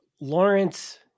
Lawrence